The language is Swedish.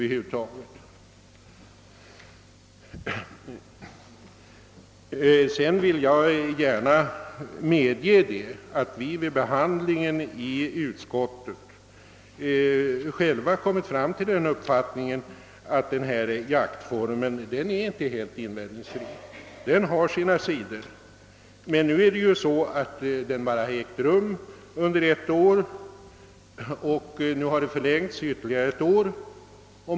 Jag vill gärna medge att utskottet vid sin behandling av ärendet kommit fram till uppfattningen att den här jaktformen inte är helt invändningsfri. Bestämmelserna har emellertid tillämpats under endast ett år, och deras giltighetstid förlängs nu ytterligare ett år.